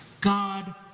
God